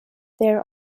there